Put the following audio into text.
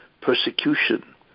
persecution